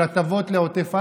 של הטבות לעוטף עזה,